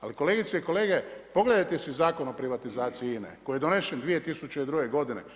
Ali kolegice i kolege, pogledajte si Zakon o privatizaciji INA-e koji je donesen 2002. godine.